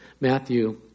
Matthew